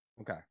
Okay